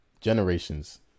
Generations